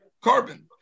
Carbon